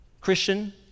Christian